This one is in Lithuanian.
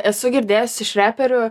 esu girdėjus iš reperių